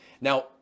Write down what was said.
Now